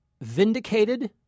Vindicated